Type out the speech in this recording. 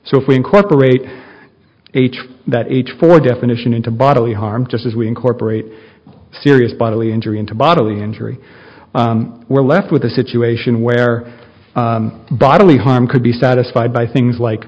so if we incorporate a truth that age for definition into bodily harm just as we incorporate serious bodily injury into bodily injury we're left with a situation where bodily harm could be satisfied by things like